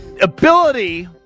ability